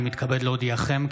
אני מתכבד להודיעכם,